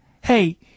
Hey